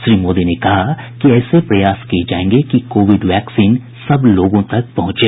श्री मोदी ने कहा कि ऐसे प्रयास किए जाएंगे कि कोविड वैक्सीन सब लोगों तक पहुंचे